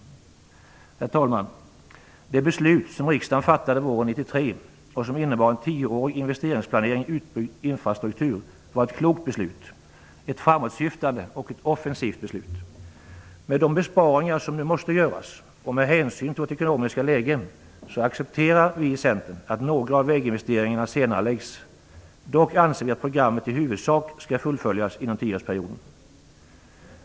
Herr talman! Det beslut som riksdagen fattade våren 1993 och som innebar en tioårig investeringsplanering i fråga om utbyggd infrastruktur var ett klokt, ett framåtsyftande och ett offensivt beslut. Med de besparingar som nu måste göras och med hänsyn till vårt ekonomiska läge accepterar Centern att några av väginvesteringarna senareläggs. Dock anser vi att programmet i huvudsak skall fullföljas under tioårsperioden.